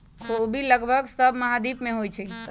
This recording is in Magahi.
ख़ोबि लगभग सभ महाद्वीप में होइ छइ